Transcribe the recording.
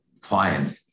client